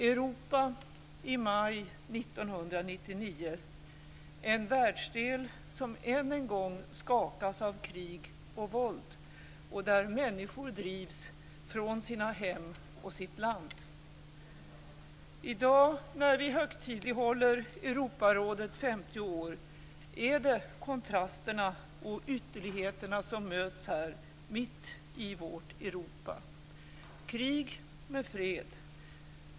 Europa i maj 1999 - en världsdel som än en gång skakas av krig och våld och där människor drivs från sina hem och sitt land. I dag när vi högtidlighåller Europarådet 50 år är det kontrasterna och ytterligheterna som möts här, mitt i vårt Europa. Krig med fred.